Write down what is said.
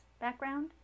background